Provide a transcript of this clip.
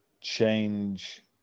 change